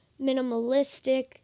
minimalistic